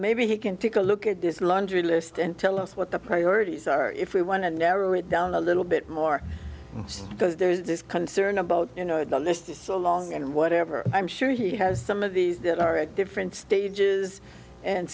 maybe he can take a look at this laundry list and tell us what the priorities are if we want to narrow it down a little bit more because there's this concern about you know the list along and whatever i'm sure he has some of these that are at different stages and